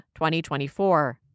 2024